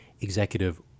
executive